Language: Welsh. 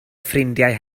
ffrindiau